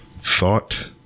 thought